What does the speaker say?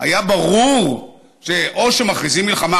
היה ברור שאו שמכריזים מלחמה,